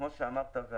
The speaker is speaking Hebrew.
כמו שאמרת,